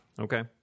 Okay